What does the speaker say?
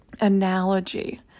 analogy